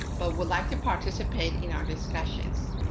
but would like to participate in our discussions.